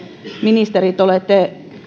ministerit olette